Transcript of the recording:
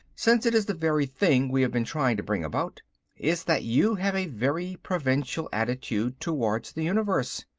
since it is the very thing we have been trying to bring about is that you have a very provincial attitude towards the universe.